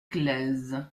claise